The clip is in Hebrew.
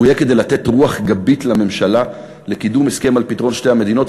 הוא יהיה כדי לתת רוח גבית לממשלה לקידום הסכם של פתרון שתי המדינות,